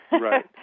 right